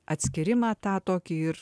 atskyrimą tą tokį ir